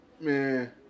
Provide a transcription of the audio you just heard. Man